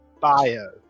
bio